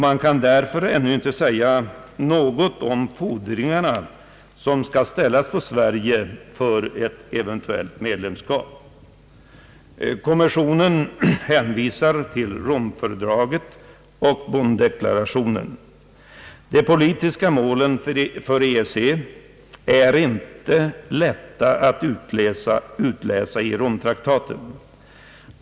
Man kan därför ännu inte säga någonting om de fordringar som skall ställas på Sverige för ett eventuellt medlemskap. Kommissionen hänvisar till Rom-fördraget och Bonn-deklarationen. De politiska målen för EEC är inte lätta att utläsa i Rom-traktaten.